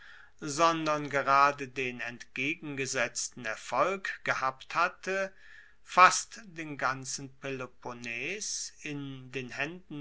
sondern gerade den entgegengesetzten erfolg gehabt hatte fast den ganzen peloponnes in den haenden